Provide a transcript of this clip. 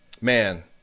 Man